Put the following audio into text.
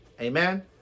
Amen